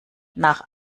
nach